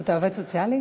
אתה עובד סוציאלי?